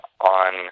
on